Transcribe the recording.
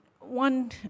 one